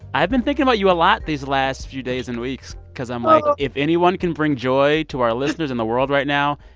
i've been thinking about you a lot these last few days and weeks cause i'm like, if anyone can bring joy to our listeners in the world right now,